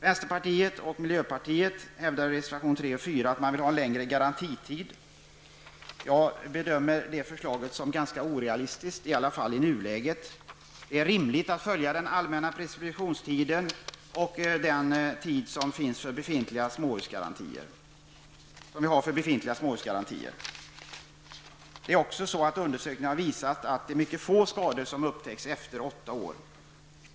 Vänsterpartiet och miljöpartiet vill i reservationerna 3 och 4 ha en längre garantitid. Jag bedömer att förslaget är ganska orealistisk, i alla fall i nuläget. Det är rimligt att följa den allmänna preskriptionstiden och den tid som gäller för befintliga småhusgarantier. Undersökningar har visat att mycket få skador upptäcks efter åtta år.